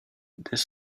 dès